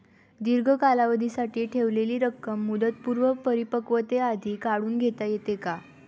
दीर्घ कालावधीसाठी ठेवलेली रक्कम मुदतपूर्व परिपक्वतेआधी काढून घेता येते का?